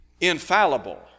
infallible